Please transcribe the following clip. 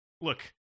look